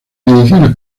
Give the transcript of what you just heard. ediciones